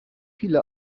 viele